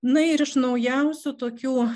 na ir iš naujausių tokių